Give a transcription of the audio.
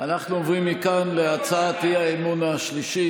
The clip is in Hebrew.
אנחנו עוברים מכאן להצעת האי-אמון השלישית,